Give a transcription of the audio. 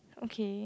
okay